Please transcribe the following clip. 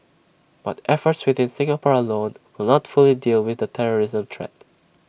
but efforts within Singapore alone will not fully deal with the terrorism threat